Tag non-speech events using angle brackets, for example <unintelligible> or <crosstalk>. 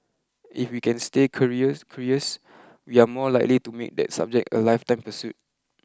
if we can stay curious <unintelligible> we are more likely to make that subject a lifetime pursuit